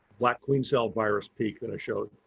black queen cell virus peak that i showed.